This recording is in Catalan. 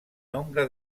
nombre